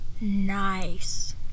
Nice